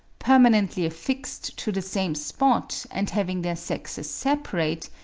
permanently affixed to the same spot and having their sexes separate,